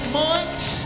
months